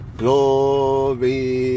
glory